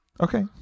Okay